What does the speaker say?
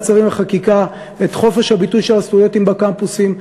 שרים לחקיקה את חופש הביטוי של הסטודנטים בקמפוסים.